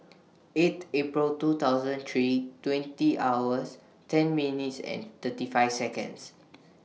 eight April two thousand three twenty hours ten minutes and thirty five Seconds